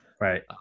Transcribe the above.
Right